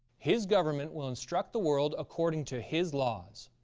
his government will instruct the world according to his laws!